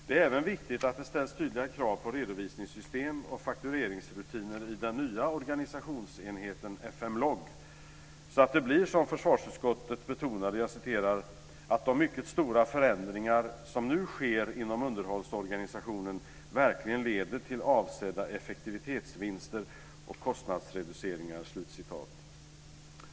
Det är även viktigt att det ställs tydliga krav på redovisningssystem och faktureringsrutiner i den nya organisationsenheten FMLOG, så att det blir som försvarsutskottet betonade, nämligen "att de mycket stora förändringar som nu sker inom underhållsorganisationen verkligen leder till avsedda effektivitetsvinster och kostnadsreduceringar".